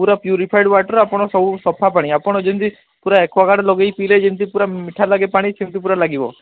ପୁରା purified water ଆପଣ ସବୁ ସଫା ପାଣି ଆପଣ ଯେମତି ପୁରା ଏକ୍ଵାଗାର୍ଡ଼୍ ଲଗେଇ ପିଇଲେ ଯେମତି ପୁରା ମିଠା ଲାଗେ ପାଣି ସେମିତି ପୁରା ଲାଗିବ